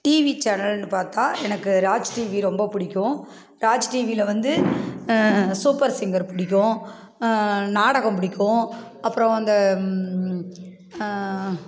TV சேனல்னு பார்த்தா எனக்கு ராஜ் டிவி ரொம்ப பிடிக்கும் ராஜ் டிவியில வந்து சூப்பர் சிங்கர் பிடிக்கும் நாடகம் பிடிக்கும் அப்புறம் அந்த